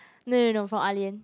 no no no from Ah-Lian